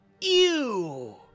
Ew